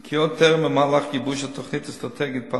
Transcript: כי עוד טרם ובמהלך גיבוש התוכנית האסטרטגית פעל